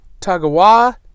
Tagawa